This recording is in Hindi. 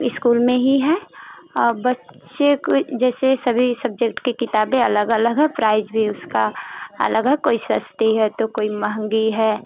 इस्कूल में ही है बच्चे जैसे सभी सब्जेक्ट कि किताबें अलग अलग है प्राइज भी उसका अलग है कोई सस्ती है तो कोई मंहगी है